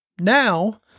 now